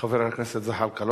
חבר הכנסת זחאלקה,